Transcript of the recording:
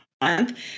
month